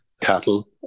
cattle